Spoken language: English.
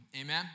amen